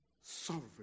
Sovereign